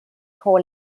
call